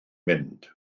mynd